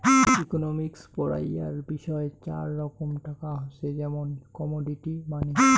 economics পড়াইয়ার বিষয় চার রকম টাকা হসে, যেমন কমোডিটি মানি